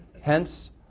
hence